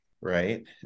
right